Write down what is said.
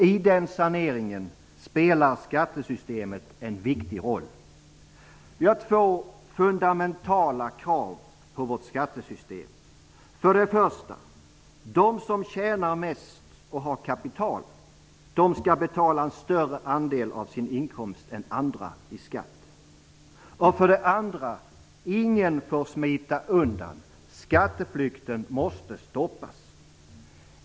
I den saneringen spelar skattesystemet en viktig roll. Vi har två fundamentala krav på vårt skattesystem. För det första: De som tjänar mest och har kapital skall betala en större andel av sin inkomst än andra i skatt. För det andra: Ingen får smita undan. Skatteflykten måste stoppas.